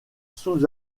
sous